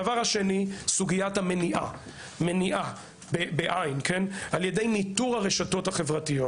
הדבר השני הוא סוגיית המניעה על ידי ניטור הרשתות החברתיות.